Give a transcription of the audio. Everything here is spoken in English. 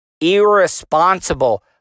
irresponsible